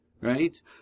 Right